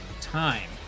time